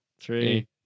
Three